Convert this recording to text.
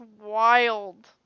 wild